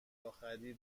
آخری